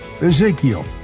Ezekiel